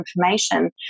information